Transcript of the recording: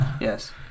Yes